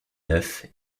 neuf